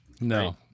No